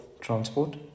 transport